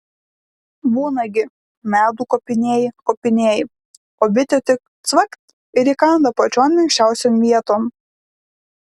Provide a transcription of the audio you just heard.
būna gi medų kopinėji kopinėji o bitė tik cvakt ir įkanda pačion minkščiausion vieton